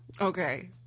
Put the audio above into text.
Okay